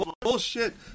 bullshit